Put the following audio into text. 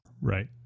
right